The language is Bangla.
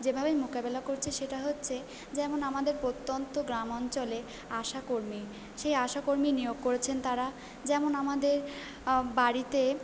যেভাবে মোকাবিলা করছে সেটা হচ্ছে যেমন আমাদের প্রত্যন্ত গ্রাম অঞ্চলে আশাকর্মী সেই আশাকর্মী নিয়োগ করেছেন তাঁরা আমাদের বাড়িতে